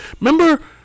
remember